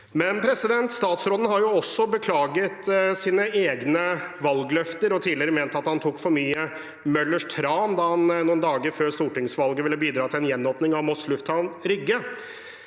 dukket opp. Statsråden har også beklaget sine egne valgløfter og tidligere ment at han tok for mye Möller’s tran da han noen dager før stortingsvalget ville bidra til en gjenåpning av Moss lufthavn, Rygge.